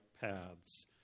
paths